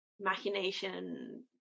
machination